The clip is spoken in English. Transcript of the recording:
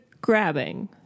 grabbing